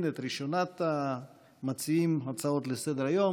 את ראשונת מציעי ההצעות לסדר-היום,